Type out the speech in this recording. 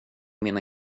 mina